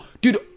Dude